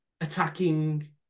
attacking